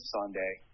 Sunday